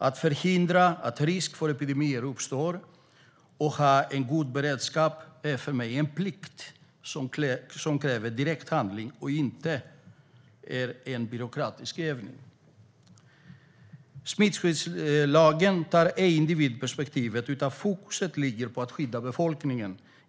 Att förhindra att risk för epidemier uppstår och ha en god beredskap är för mig en plikt som kräver direkt handling och inte är någon byråkratisk övning. Smittskyddslagen har ej individperspektivet, utan fokus ligger på att skydda befolkningen.